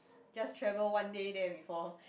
just travel one day there before